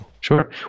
Sure